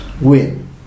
win